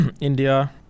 India